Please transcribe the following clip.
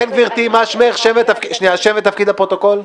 גברתי, בבקשה.